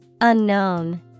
Unknown